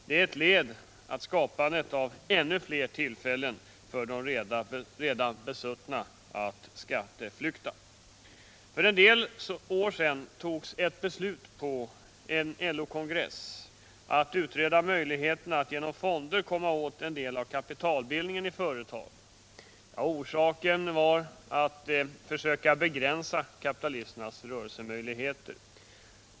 Det är ett led i skapandet av ännu fler tillfällen för de redan besuttna att skatteflykta. För en del år sedan togs ett beslut på en LO-kongress att utreda möjligheterna att genom fonder komma åt en del av kapitalbildningen i företagen. Syftet var då att försöka begränsa kapitalisternas rörelsemöjligheter.